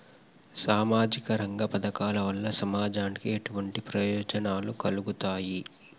సామాజిక రంగ పథకాల వల్ల సమాజానికి ఎటువంటి ప్రయోజనాలు కలుగుతాయి?